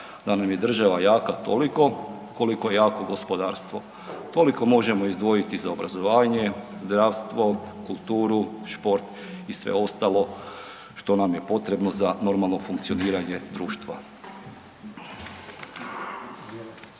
da nam je država jaka toliko koliko je jako gospodarstvo. Toliko možemo izdvojiti za obrazovanje, zdravstvo, kulturu, šport i sve ostalo što nam je potrebno za normalno funkcioniranje društva.